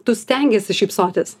tu stengiesi šypsotis